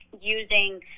using